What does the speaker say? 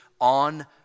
on